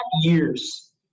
years